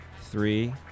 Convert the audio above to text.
three